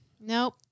Nope